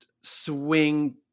swing